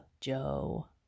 Joe